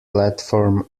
platform